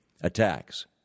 attacks